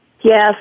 Yes